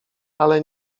ale